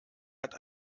hat